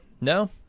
No